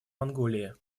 монголии